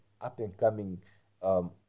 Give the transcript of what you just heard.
up-and-coming